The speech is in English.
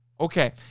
Okay